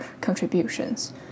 contributions